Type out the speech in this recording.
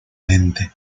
lente